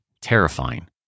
terrifying